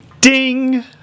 Ding